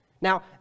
Now